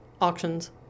auctions